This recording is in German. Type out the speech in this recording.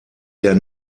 der